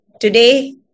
today